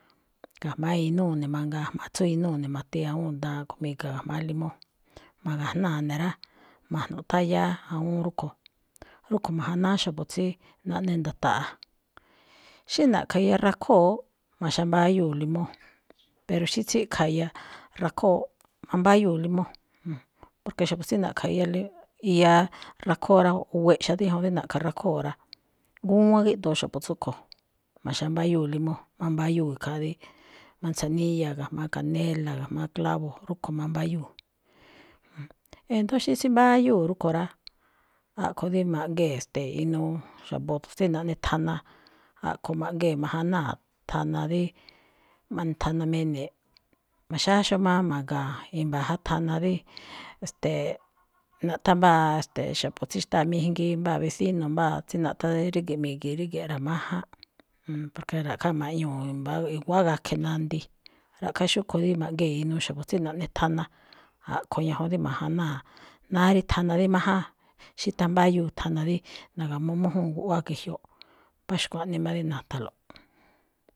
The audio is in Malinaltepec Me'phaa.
Ga̱jma̱á inúu̱ ne̱ mangaa, a̱jma̱ atsú inúu̱ ne̱ ma̱ti awúun daan kho̱ mi̱ga̱ ga̱jma̱á limóo, ma̱ga̱jnáa̱ ne̱ rá, ma̱jno̱ꞌ tháan yáá awúun rúꞌkho̱. Rúꞌkho̱ majanáá xa̱bo̱ tsí naꞌne nda̱ta̱ꞌa̱. Xí na̱ꞌkha̱ iya rakhóo̱, ma̱xámbáyúu̱ limóo, pero xí tsíꞌkha̱ iya rakhóo̱, mambáyúu̱ limóo, porque xa̱bo̱ tsí na̱ꞌkha̱ iya li raꞌkhóo, weꞌxa dí ñajuun rí na̱ꞌkha rakhóo̱ rá, ngúwán gíꞌdoo xa̱bo̱ tsúꞌkho̱, ma̱xámbáyúu̱ limóo, mambáyúu̱ khaa dí manzanilla ga̱jma̱á canela, ga̱jma̱á clavo, rúꞌkho̱ mambáyúu̱. E̱ndo̱ó xí tsímbáyúu̱ rúꞌkho̱ rá, a̱ꞌkho̱ dí ma̱ꞌgee̱, ste̱e̱, inuu xa̱bo̱ tsí naꞌne thana, a̱ꞌkho̱ ma̱ꞌgee̱ ma̱janáa̱ thana dí ma̱ꞌnethanamine̱e̱ꞌ, ma̱xáxóo má ma̱ga̱a̱n e̱mba ja thana dí, e̱ste̱e̱, naꞌthán mbáa xa̱bo̱ tsí xtáa mijngi, mbáa vecino, mbáa tsí naꞌthán ríge̱ꞌ mi̱gi̱i̱n ríge̱ꞌ, ra̱máján, porque ra̱ꞌkhá ma̱ꞌñuu̱ mbá-i̱wa̱á gakhe̱ nandii. Ra̱ꞌkhá xúꞌkho̱ rí ma̱ꞌgee̱ inuu xa̱bo̱ tsí naꞌnethana, a̱ꞌkho̱ ñajuun dí ma̱janáa̱, náá rí thana dí máján, xí támbáyúu̱ thana dí na̱ga̱m újúun guꞌwáá ge̱jyoꞌ. Mbá xkuaꞌnii má rí na̱tha̱nlo̱ꞌ.